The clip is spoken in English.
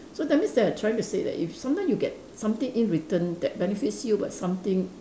so that means they are trying to say that if sometime you get something in return that benefits you but something